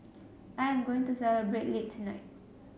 I am going to celebrate late tonight